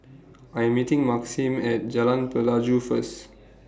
I Am meeting Maxim At Jalan Pelajau First